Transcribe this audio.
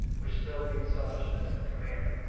which still leaves selfishness in command.